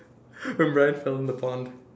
when Brian fell in the pond